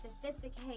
sophisticated